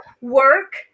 work